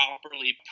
properly